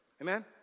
Amen